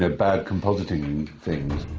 ah bad compositing things.